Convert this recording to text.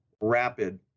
rapid